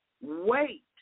Wait